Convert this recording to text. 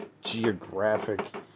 Geographic